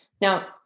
now